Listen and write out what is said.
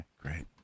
Great